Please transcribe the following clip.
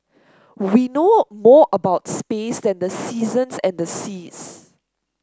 we know more about space than the seasons and the seas